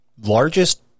largest